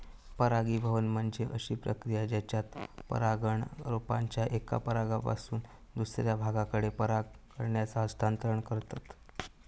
परागीभवन म्हणजे अशी प्रक्रिया जेच्यात परागकण रोपाच्या एका भागापासून दुसऱ्या भागाकडे पराग कणांचा हस्तांतरण करतत